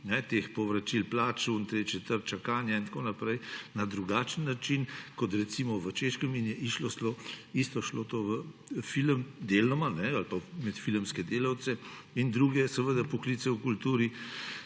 teh povračil plač, ono, tretje, četrto, čakanje in tako naprej, na drugačen način, kot je, recimo na Češkem, isto šlo to v film, deloma, ali pa med filmske delavce in druge poklice v kulturi.